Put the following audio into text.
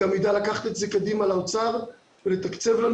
גם ידע לקחת את זה קדימה לאוצר ולתקצב לנו